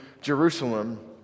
Jerusalem